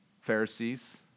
Pharisees